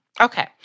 Okay